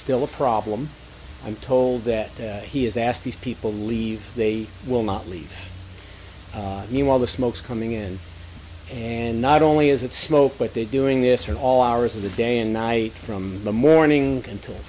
still a problem i'm told that he has asked these people leave they will not leave me while the smoke is coming in and not only is it smoke but they doing this are all hours of the day and night from the morning until